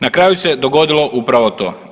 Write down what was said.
Na kraju se dogodilo upravo to.